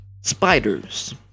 Spiders